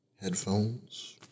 headphones